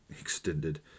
extended